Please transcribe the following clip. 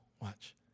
Watch